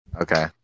Okay